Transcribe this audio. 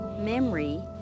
Memory